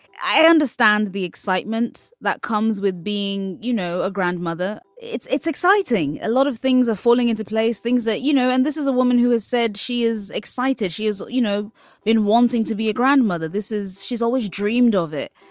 i understand the excitement that comes with being you know a grandmother. it's it's exciting. a lot of things are falling into place. things that you know and this is a woman who has said she is excited she is you know in wanting to be a grandmother. this is she's always dreamed of it.